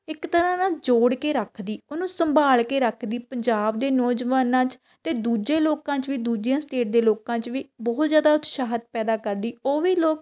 ਇੱਕ ਤਰ੍ਹਾਂ ਨਾਲ ਜੋੜ ਕੇ ਰੱਖਦੀ ਉਹਨੂੰ ਸੰਭਾਲ ਕੇ ਰੱਖਦੀ ਪੰਜਾਬ ਦੇ ਨੌਜਵਾਨਾਂ 'ਚ ਅਤੇ ਦੂਜੇ ਲੋਕਾਂ 'ਚ ਵੀ ਦੂਜੀਆਂ ਸਟੇਟ ਦੇ ਲੋਕਾਂ 'ਚ ਵੀ ਬਹੁਤ ਜ਼ਿਆਦਾ ਉਤਸ਼ਾਹਿਤ ਪੈਦਾ ਕਰਦੀ ਉਹ ਵੀ ਲੋਕ